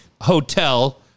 Hotel